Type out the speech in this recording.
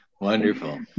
Wonderful